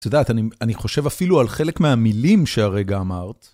את יודעת, אני חושב אפילו על חלק מהמילים שהרגע אמרת.